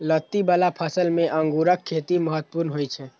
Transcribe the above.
लत्ती बला फसल मे अंगूरक खेती महत्वपूर्ण होइ छै